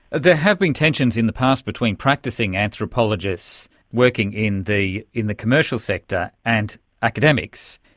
there have been tensions in the past between practising anthropologists working in the in the commercial sector and academics.